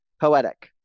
poetic